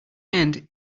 end